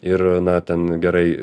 ir na ten gerai